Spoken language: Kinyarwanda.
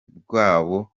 bwabo